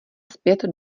zpět